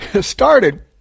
started